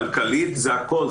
כלכלית זה הכול,